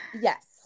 yes